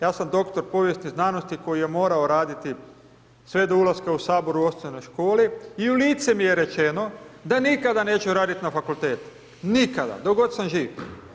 Ja sam doktor povijesti znanosti, koji je morao raditi sve do ulaska u Saboru u osnovnoj školi i u lice mi je rečeno, da nikada neću raditi na fakultetu, nikada, do god sam živ.